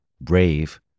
BRAVE